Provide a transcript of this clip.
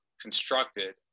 constructed